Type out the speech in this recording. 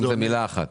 מילה אחת.